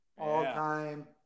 all-time